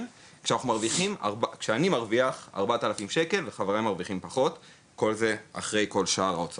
בזמן שאני מרוויח בסך הכל 4,000 ₪ ויש לי חברים שמרוויחים הרבה פחות.